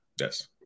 Yes